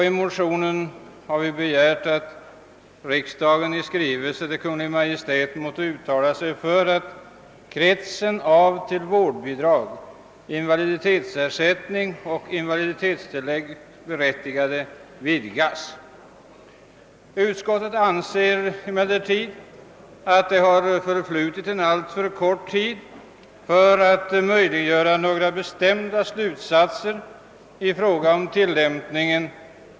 I motionen har vi begärt att riksdagen i skrivelse till Kungl. Maj:t måtte uttala sig för att kretsen av de vårdbidrags-, invaliditetsersättningsoch invaliditetstilläggsberättigade vidgas. Utskottet anser emellertid att de nu gällande bestämmelserna på detta område varit i kraft alltför kort tid för att man skall kunna dra några bestämda slutsatser i fråga om tillämpningen.